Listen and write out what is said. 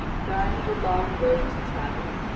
for i have a long road to travel.